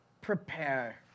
prepare